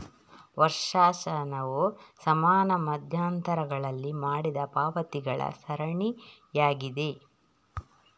ವರ್ಷಾಶನವು ಸಮಾನ ಮಧ್ಯಂತರಗಳಲ್ಲಿ ಮಾಡಿದ ಪಾವತಿಗಳ ಸರಣಿಯಾಗಿದೆ